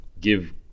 give